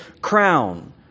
crown